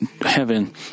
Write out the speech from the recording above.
heaven